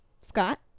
Scott